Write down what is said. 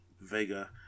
Vega